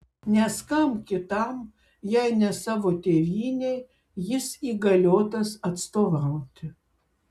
nes kam kitam jei ne savo tėvynei jis įgaliotas atstovauti